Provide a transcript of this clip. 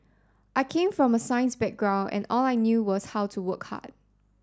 I came from a science background and all I knew was how to work hard